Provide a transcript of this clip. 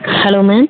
hello ma'am